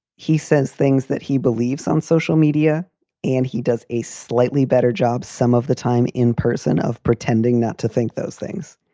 he says things that he believes on social media and he does a slightly better job some of the time in person of pretending not to think those things.